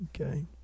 Okay